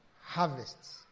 harvests